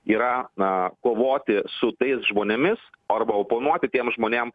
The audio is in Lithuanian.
yra na kovoti su tais žmonėmis arba oponuoti tiem žmonėm